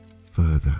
further